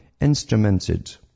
instrumented